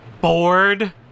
Bored